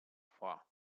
far